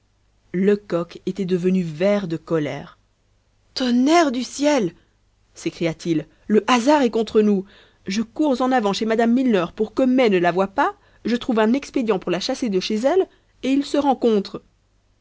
lecoq était devenu vert de colère tonnerre du ciel s'écria-t-il le hasard est contre nous je cours en avant chez mme milner pour que mai ne la voie pas je trouve un expédient pour la chasser de chez elle et ils se rencontrent